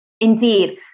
Indeed